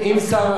אדוני,